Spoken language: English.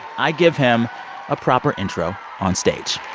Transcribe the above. i give him a proper intro onstage